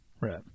Right